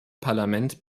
parlament